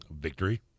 victory